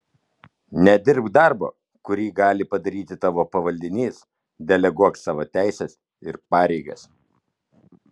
nedirbk darbo kurį gali padaryti tavo pavaldinys deleguok savo teises ir pareigas